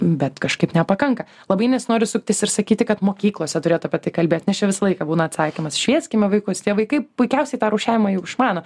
bet kažkaip nepakanka labai nesinori suktis ir sakyti kad mokyklose turėtų apie tai kalbėt nes čia visą laiką būna atsakymas švieskime vaikus tie vaikai puikiausiai tą rūšiavimą jau išmano